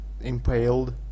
impaled